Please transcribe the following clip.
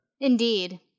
Indeed